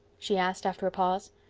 she asked after a pause.